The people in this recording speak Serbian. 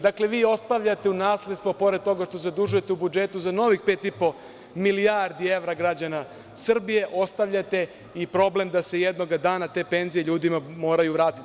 Dakle, vi ostavljate u nasledstvo, pored toga što zadužujete u budžetu za novih 5,5 milijardi evra građana Srbije, ostavljate i problem da se jednoga dana te penzije ljudima moraju vratiti.